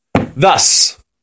Thus